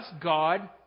God